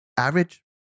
Average